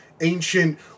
ancient